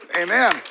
Amen